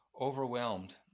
overwhelmed